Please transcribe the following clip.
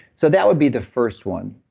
so that would be the first one.